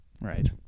Right